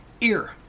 Ear